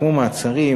כמו מעצרים,